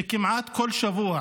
שכמעט כל שבוע